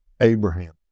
Abraham